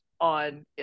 On